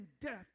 death